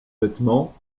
vêtements